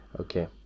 okay